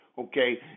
okay